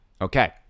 okay